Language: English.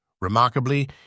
Remarkably